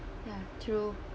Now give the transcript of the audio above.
ya true